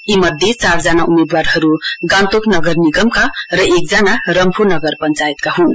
यी मध्ये चारजना उम्मेद्वारहरू गान्तोक नगर निगमका र एकजना रम्फू नगर पञ्चायतका हुन्